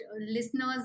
listeners